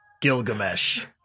Gilgamesh